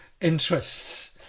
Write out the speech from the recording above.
interests